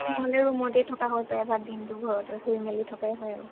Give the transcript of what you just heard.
নহ'লে ৰুমতে থকা হয় প্ৰায় ভাগ দিনটো ঘৰতে শুই মেলি থকাই হয় আৰু